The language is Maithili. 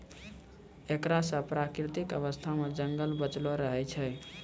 एकरा से प्राकृतिक अवस्था मे जंगल बचलो रहै छै